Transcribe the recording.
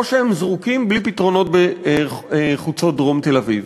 או שהם זרוקים בלי פתרונות בחוצות דרום תל-אביב.